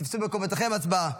תפסו מקומותיכם, הצבעה.